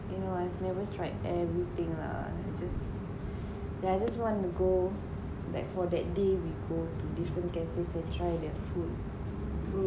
you know I've never tried everything lah it just yeah I just want to go like for that day we go to different cafes to try their food